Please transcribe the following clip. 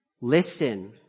listen